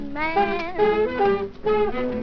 man